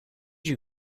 you